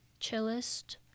chillest